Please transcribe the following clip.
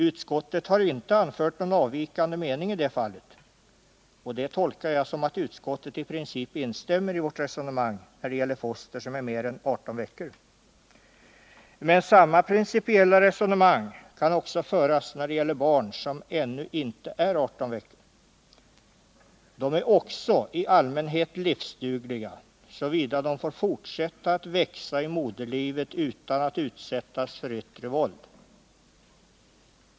Utskottet har inte anfört någon avvikande mening i det fallet, och det tolkar jag så att utskottet i princip instämmer i vårt resonemang när det gäller foster som är mer än 18 veckor. Men samma principiella resonemang kan också föras när det gäller barn som ännu inte är 18 veckor. De är också i allmänhet livsdugliga, såvida de får fortsätta att växa i moderlivet utan att utsättas för yttre våld.